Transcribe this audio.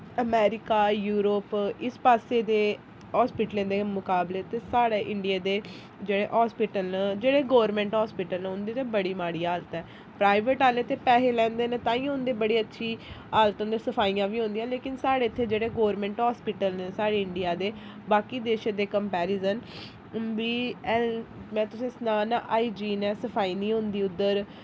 America Europe इस पास्से दे अस्पतालें दे मुकाबले ते साढ़े इंडिया दे जेह्ड़े अस्पताल न जेह्ड़े गौरमेंट अस्पताल न उं'दी ते बड़ी माड़ी हालत ऐ प्राइवेट आह्ले ते पैसे लैंदे न ताईं गै उं'दी बड़ी अच्छी हालत उं'दे सफाइयां वी होन्दियां लेकिन साढ़े इत्थें जेह्ड़े गौरमेंट अस्पताल न साढ़ी इंडिया दे बाकी देशें दे कंपैरिजन उं'दी हैल्थ में तुसें सनां तां हाईजीन ऐ ना सफाई नी होंदी उद्धर